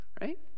right